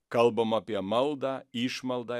kalbama apie maldą išmaldą